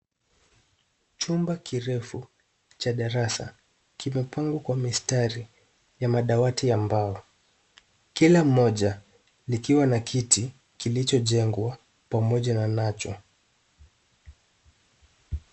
Chumba kirefu cha darasa kimepangwa kwa mistari ya madawati ya mbao. Kila moja likiwa na kiti kilichojengwa pamoja na nachwa.